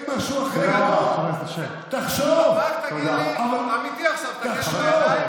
בשביל זה באתי לכנסת?